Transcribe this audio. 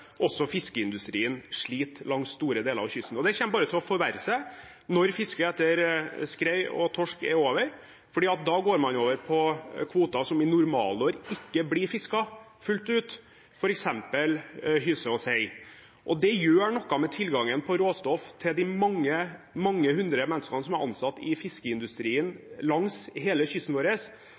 også fiskeindustrien sliter langs store deler av kysten. Det kommer bare til å forverre seg når fisket etter skrei og torsk er over, for da går man over på kvoter som i normalår ikke blir fisket fullt ut, f.eks. hyse og sei. Det gjør noe med tilgangen på råstoff til de mange, mange hundre menneskene som er ansatt i fiskeindustrien langs hele kysten vår.